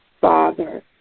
Father